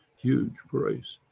huge price,